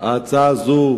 ההצעה הזאת,